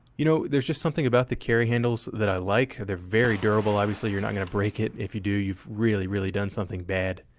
you know, there's just something about the carry handles that i like. they're very durable obviously, you're not gonna break it. if you do you've really really done something bad.